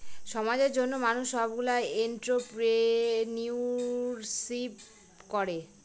সমাজের জন্য মানুষ সবগুলো এন্ট্রপ্রেনিউরশিপ করে